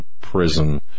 prison